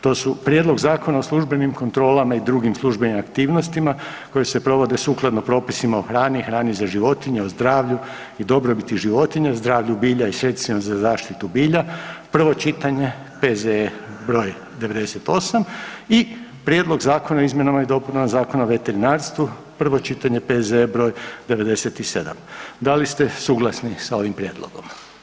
To su: - Prijedlog Zakona o službenim kontrolama i drugim službenim aktivnostima koje se provode sukladno propisima o hrani, hrani za životinje, o zdravlju i dobrobiti životinja, zdravlju bilja i sredstvima za zaštitu bilja, prvo čitanje, P.Z.E. br. 98 - Prijedlog zakona o izmjenama i dopunama Zakona o veterinarstvu, prvo čitanje, P.Z.E. br. 97 Da li ste suglasni sa ovim prijedlogom?